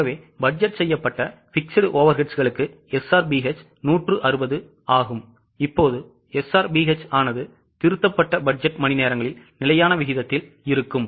ஆகவே பட்ஜெட் செய்யப்பட்ட fixed overheadsகளுக்கு SRBH 160 ஆகும் இப்போது SRBH ஆனது திருத்தப்பட்ட பட்ஜெட் மணிநேரங்களில் நிலையான விகிதத்தில் இருக்கும்